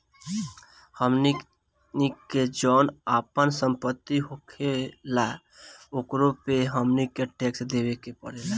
हमनी के जौन आपन सम्पति होखेला ओकरो पे हमनी के टैक्स देबे के पड़ेला